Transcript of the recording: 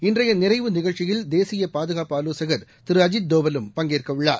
இன்றையநிறைவு நிகழ்ச்சியில் தேசியபாதுகாப்பு ஆலோசகர் திருஅஜித் தோவலும் பங்கேற்கவுள்ளார்